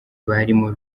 barimo